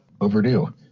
overdue